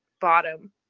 bottom